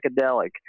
psychedelic